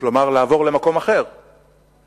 כלומר לעבור למקום אחר בישראל.